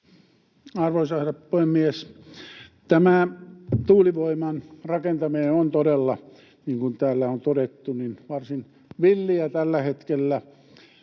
Arvoisa herra puhemies! Tämä tuulivoiman rakentaminen on todella, niin kuin täällä on todettu, varsin villiä tällä hetkellä.